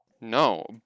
No